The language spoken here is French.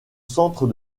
centre